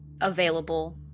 available